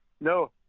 no